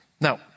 Now